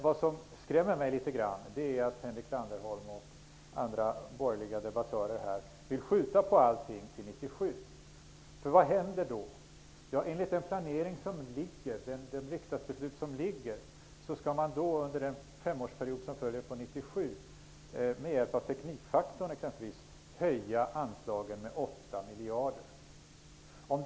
Vad som skrämmer mig litet grand är att Henrik Landerholm och andra borgerliga debattörer här vill skjuta på allting till 1997. Vad händer då? Ja, enligt det riksdagsbeslut som föreligger skall man under den femårsperiod som följer efter 1997 med hjälp av exempelvis teknikfaktorn höja anslagen med 8 miljarder kronor.